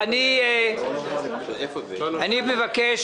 אני מבקש